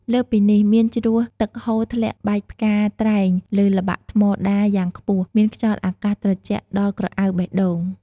លើសពីនេះ មានជ្រោះទឹកហូរធ្លាក់បែកផ្កាត្រែងលើល្បាក់ថ្មដាយ៉ាងខ្ពស់ មានខ្យល់អាកាសត្រជាក់ដល់ក្រអៅបេះដូង។